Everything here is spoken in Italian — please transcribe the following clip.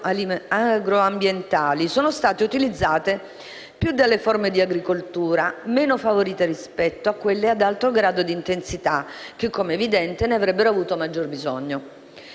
le misure agroambientali sono state utilizzate più dalle forme di agricoltura meno favorite rispetto a quelle ad alto grado di intensità che, come evidente, ne avrebbero avuto maggior bisogno.